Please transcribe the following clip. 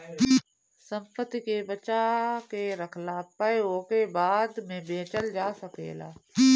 संपत्ति के बचा के रखला पअ ओके बाद में बेचल जा सकेला